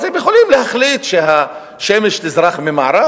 אז הם יכולים להחליט שהשמש תזרח ממערב.